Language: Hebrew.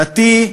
דתי,